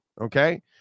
okay